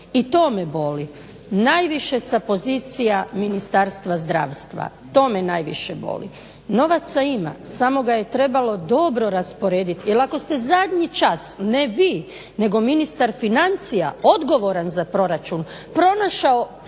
i to me boli. Najviše sa pozicija Ministarstva zdravstva. To me najviše boli. Novaca ima, samo ga je trebalo dobro rasporediti jer ako ste zadnji čas, ne vi nego ministar financija odgovoran za proračun, pronašao